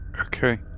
Okay